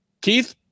Keith